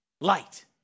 light